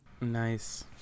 Nice